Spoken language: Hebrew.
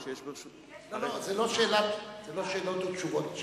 זה לא שאלות ותשובות.